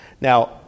Now